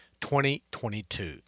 2022